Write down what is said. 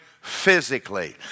physically